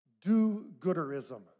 do-gooderism